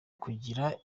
bagira